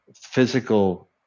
physical